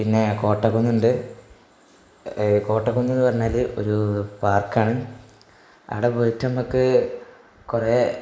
പിന്നെ കോട്ട കുന്നുണ്ട് കോട്ട കുന്നെന്നു പറഞ്ഞാൽ ഒരു പാർക്കാണ് അവിടെ പോയിട്ടൂ നമുക്ക് കുറേ